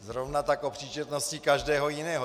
Zrovna tak o příčetnosti každého jiného.